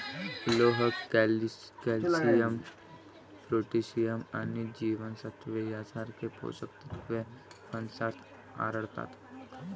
लोह, calcium, potassium आणि जीवनसत्त्वे यांसारखी पोषक तत्वे फणसात आढळतात